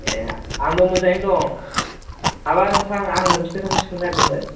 एह आंबो मोजाङैनो दं माबा नोंथां आं मोनसे खोथासो सोंनो नागिदोंमोन